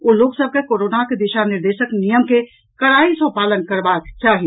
ओ लोक सभ के कोरोनाक दिशा निर्देशक नियम के कड़ाई सँ पालन करबाक चाही